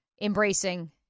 embracing